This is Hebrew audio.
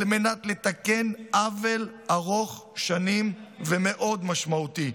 מנת לתקן עוול ארוך שנים ומאוד משמעותי.